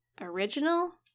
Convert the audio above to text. ...original